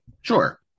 Sure